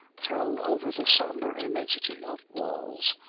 thrown over the sombre immensity of walls,